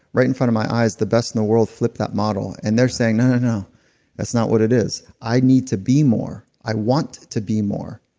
right in front of my eyes, the best in the world flip that model and they're saying, no, no, no that's not what it is. i need to be more. i want to be more.